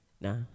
Nah